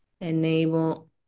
enable